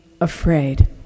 afraid